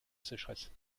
sécheresse